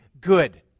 good